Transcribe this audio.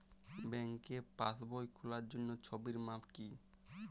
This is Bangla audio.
ব্যাঙ্কে পাসবই খোলার জন্য ছবির মাপ কী?